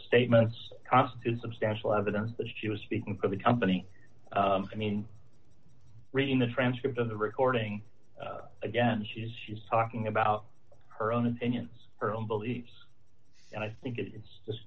statements cost is substantial evidence that she was speaking for the company i mean reading the transcript of the recording again she is she's talking about her own opinions her own beliefs and i think it's